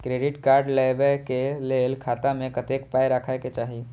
Credit card लेबै के लेल खाता मे कतेक पाय राखै के चाही?